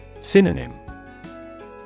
Synonym